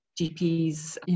GPs